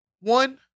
one